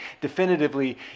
definitively